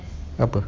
berapa